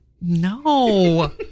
no